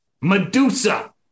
Medusa